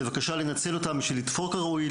בבקשה לנצל אותם בשביל לפתור כראוי,